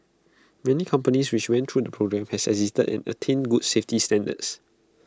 many companies which went through the programme has exited and attained good safety standards